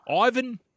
Ivan